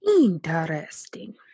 interesting